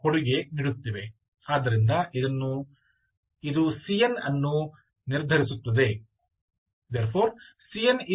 ಆದ್ದರಿಂದ ಇದು cn ಅನ್ನು ನಿರ್ಧರಿಸುತ್ತದೆ